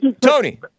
Tony